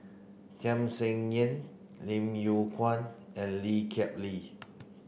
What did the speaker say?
Tham Sien Yen Lim Yew Kuan and Lee Kip Lee